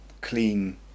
clean